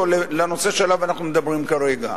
של הנושא שעליו אנחנו מדברים כרגע.